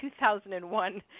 2001